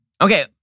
Okay